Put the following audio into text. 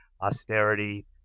austerity